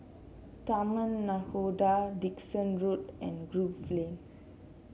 Taman Nakhoda Dickson Road and Grove Lane